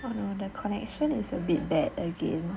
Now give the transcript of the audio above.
oh no the connection is a bit bad again